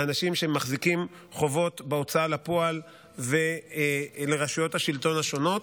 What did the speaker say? האנשים שמחזיקים חובות בהוצאה לפועל ולרשויות השלטון השונות.